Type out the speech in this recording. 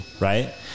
Right